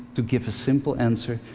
to give a simple answer,